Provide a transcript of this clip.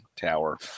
tower